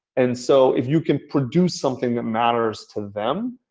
and so, if you can produce something that matters to them,